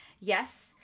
yes